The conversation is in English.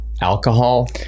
alcohol